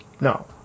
no